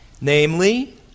namely